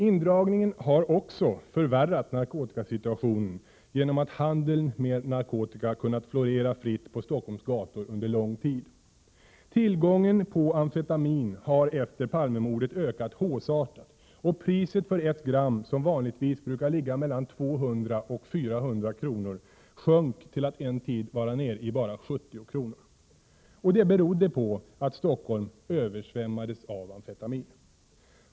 Indragningen har också förvärrat narkotikasituationen genom att handeln med narkotika kunnat florera fritt på Stockholms gator under lång tid. Tillgången på amfetamin har efter Palmemordet ökat hausseartat, och priset för ett gram som vanligtvis brukar ligga mellan 200 och 400 kr. sjönk till att en tid vara nere i bara 70 kr. Och det berodde på att Stockholm översvämmades av amfetamin.